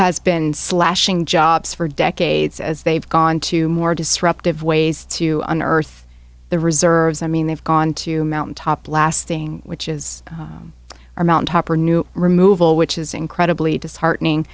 has been slashing jobs for decades as they've gone to more disruptive ways to unearth the reserves i mean they've gone to mountaintop blasting which is a mountain top or new removal which is incredibly disheartening